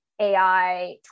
AI